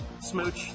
Smooch